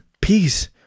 Peace